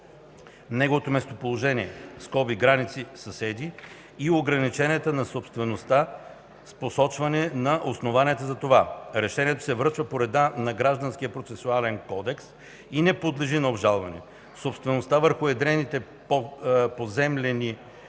неговото местоположение (граници, съседи) и ограниченията на собствеността с посочване на основанията за това. Решението се връчва по реда на Гражданския процесуален кодекс и не подлежи на обжалване. Собствеността върху уедрените поземлени